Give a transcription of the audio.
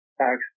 tax